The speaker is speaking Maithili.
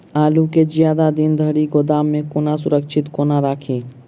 आलु केँ जियादा दिन धरि गोदाम मे कोना सुरक्षित कोना राखि?